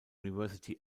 university